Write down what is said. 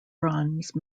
bronze